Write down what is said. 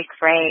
great